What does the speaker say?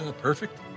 Perfect